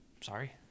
sorry